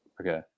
okay